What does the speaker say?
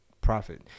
profit